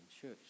church